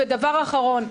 דבר אחרון,